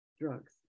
drugs